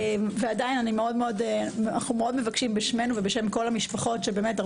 עדיין אנו מבקשים מאוד בשמנו ובשם כל המשפחות שהיה